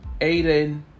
Aiden